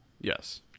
Yes